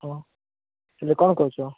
ହଁ ହେଲେ କ'ଣ କହୁଛ